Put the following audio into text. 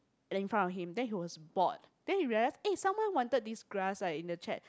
and then in front of him then he was bored then he realise eh someone wanted this grass ah in the chat